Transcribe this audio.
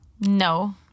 No